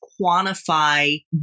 quantify